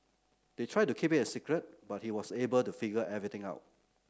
they tried to keep its a secret but he was able to figure everything out